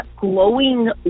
glowing